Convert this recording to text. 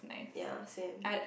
ya same